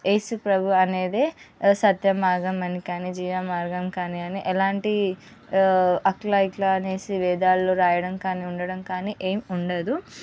ఏసు ప్రభువు అనేదే సత్య మార్గం కానీ జీవ మార్గం కానీ అని ఎలాంటి అట్లా ఇట్లా అనేసి వేదాల్లో రాయడం కానీ ఉండడం కానీ ఏమి ఉండదు